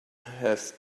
has